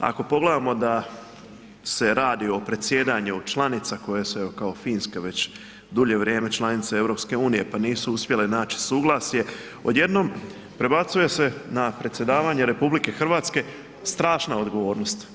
Ako pogledamo da se radi o predsjedanju članica koje se evo kao Finska već, dulje vrijeme članice EU pa nisu uspjele naći suglasje odjednom prebacuje se na predsjedavanje RH, strašna odgovornost.